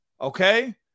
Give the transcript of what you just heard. Okay